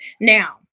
Now